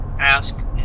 ask